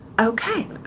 okay